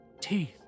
Teeth